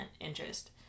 interest